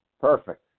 Perfect